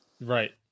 Right